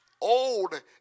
old